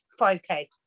5K